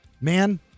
Man